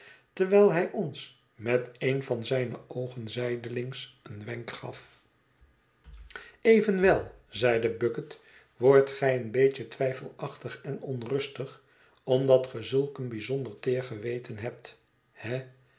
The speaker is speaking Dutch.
terwijl hij ons met een van zijne oogen zijdelings een wenk gaf evenwel zeide bucket wordt gij een beetje twijfelachtig en onrustig omdat ge zulk een bijzonder teer geweten hebt he